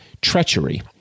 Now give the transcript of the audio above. treachery